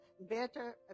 better